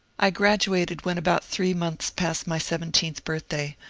i graduated when about three months past my seventeenth birthday,